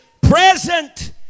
present